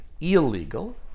illegal